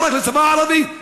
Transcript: לא רק לשפה הערבית.